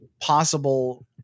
possible